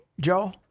Joe